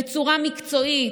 בצורה מקצועית,